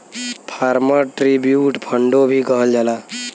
farmer tribute फ़ंडो भी कहल जाला